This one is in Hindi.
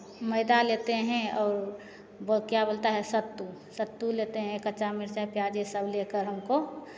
मैदा लेते हैं और वो क्या बोलता है सत्तू सत्तू लेते हैं कच्चा मिरचाई प्याज ये सब लेकर हमको